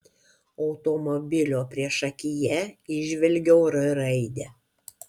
automobilio priešakyje įžvelgiau r raidę